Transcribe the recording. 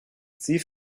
sie